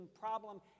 problem